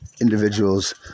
individuals